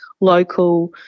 local